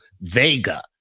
Vega